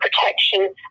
protection